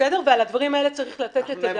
על הדברים האלה צריך לתת את הדעת.